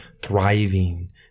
thriving